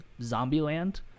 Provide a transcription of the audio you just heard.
Zombieland